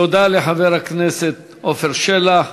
תודה לחבר הכנסת עפר שלח.